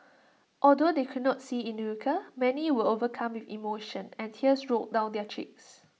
although they could not see Inuka many were overcome with emotion and tears rolled down their cheeks